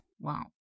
Wow